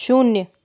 शून्य